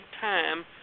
time